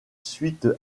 suite